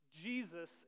Jesus